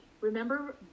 remember